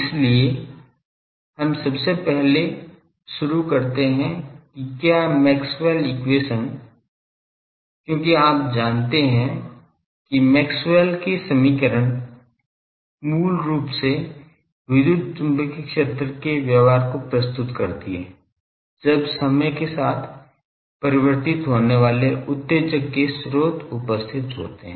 इसलिए हम सबसे पहले शुरू करते हैं कि क्या मैक्सवेल एक्वेशन Maxwell's equation क्योंकि आप जानते हैं कि मैक्सवेल के समीकरण मूल रूप से विद्युत चुंबकीय क्षेत्र के व्यवहार को प्रस्तुत करती है जब समय के साथ परिवर्तित होने वाले उत्तेजक के स्रोत उपस्थित होते हैं